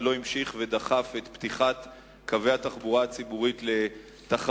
לא המשיך לדחוף את פתיחת קווי התחבורה הציבורית לתחרות.